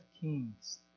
kings